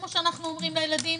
כמו שאומרים לילדים?